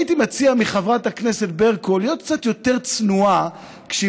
הייתי מציע לחברת הכנסת ברקו להיות קצת יותר צנועה כשהיא